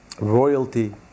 Royalty